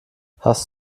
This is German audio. hast